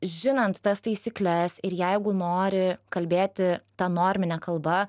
žinant tas taisykles ir jeigu nori kalbėti ta normine kalba